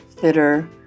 fitter